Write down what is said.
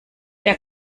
der